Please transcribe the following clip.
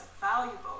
valuable